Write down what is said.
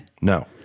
No